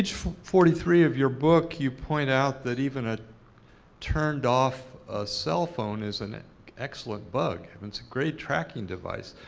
page forty three of your book, you point out that even a turned off cell phone is an excellent bug, and it's a great tracking device.